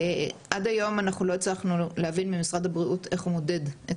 עד היום אנחנו לא הצלחנו להבין ממשרד הבריאות איך הוא מודד את